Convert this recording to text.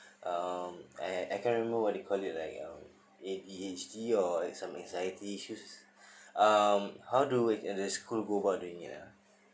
uh I I can't remember what they call it like um A_D_H_D or some anxiety issues um how do we the school go about it ah